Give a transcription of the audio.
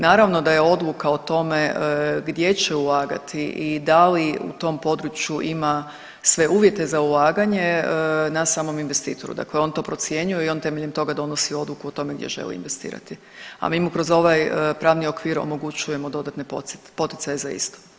Naravno da je odluka o tome gdje će ulagati i da li u tom području ima sve uvjete za ulaganje na samom investitoru, dakle on to procjenjuje i on temeljem toga donosi odluku o tome gdje želi investirati, a mi kroz ovaj pravni okvir omogućujemo dodatne poticaje za isto.